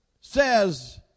says